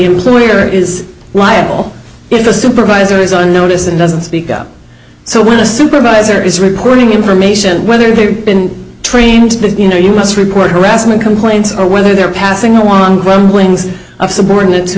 employer is liable if the supervisor is on notice and doesn't speak up so when a supervisor is reporting information whether they've been trained to you know you must report harassment complaints or whether they're passing along when wings of subordinates who